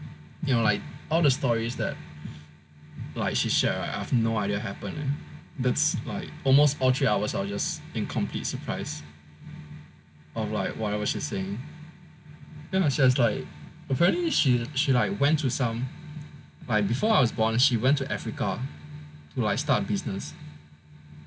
you know like all the stories that like she shared right I've no idea happened man that's like almost all three hours I was just in complete surprise of like whatever she's saying then she was like apparently she like went to some like before I was born she went to Africa to like start a business